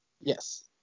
Yes